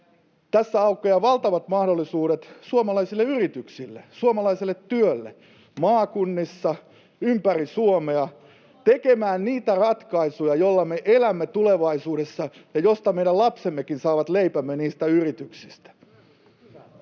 tässä aukeaa valtavat mahdollisuudet suomalaisille yrityksille ja suomalaiselle työlle maakunnissa ympäri Suomea tehdä niitä ratkaisuja, joilla me elämme tulevaisuudessa ja joilla meidän lapsemmekin saavat leipänsä niistä yrityksistä.